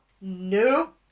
no